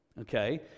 okay